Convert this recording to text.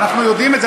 אנחנו יודעים את זה.